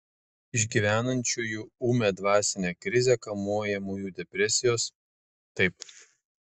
išgyvenančiųjų ūmią dvasinę krizę kamuojamųjų depresijos taip